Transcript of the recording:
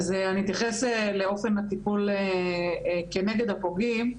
אז אני אתייחס לאופן הטיפול כנגד הפוגעים.